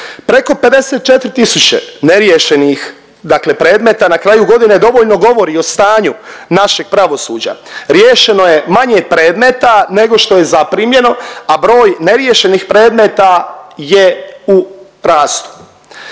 Preko 54 tisuće neriješenih predmeta na kraju godine dovoljno govori o stanju našeg pravosuđa, riješeno je manje predmeta nego što je zaprimljeno, a broj neriješenih predmeta je u rastu.